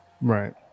Right